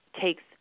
takes